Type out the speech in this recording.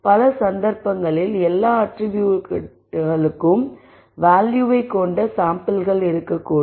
பல சந்தர்ப்பங்களில் எல்லா அட்ரிபியூட்களுக்கும் வேல்யூவை கொண்ட சாம்பிள்கள் இருக்கக்கூடும்